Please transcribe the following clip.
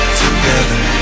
together